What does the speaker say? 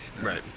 Right